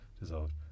dissolved